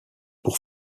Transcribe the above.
pour